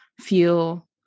feel